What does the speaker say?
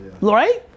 right